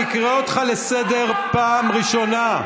אני קורא אותך לסדר פעם ראשונה.